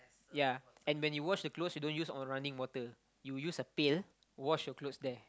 ya and when you wash the clothes you don't use running water you use a pail wash your clothes there